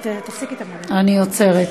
תפסיקי את, אני עוצרת.